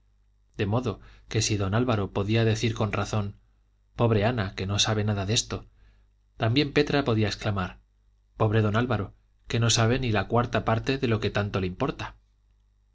de modo que si don álvaro podía decir con razón pobre ana que no sabe nada de esto también petra podía exclamar pobre don álvaro que no sabe ni la cuarta parte de lo que tanto le importa